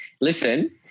listen